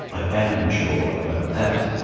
i am sure about that.